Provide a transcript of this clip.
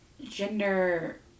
gender